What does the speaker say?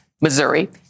Missouri